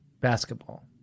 Basketball